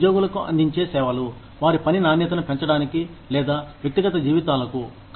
ఇవి ఉద్యోగులకు అందించే సేవలు వారి పని నాణ్యతను పెంచడానికి లేదా వ్యక్తిగత జీవితాలకు